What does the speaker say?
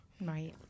Right